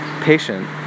patient